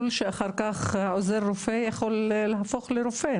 שאחר כך עוזר רופא יכול להפוך לרופא,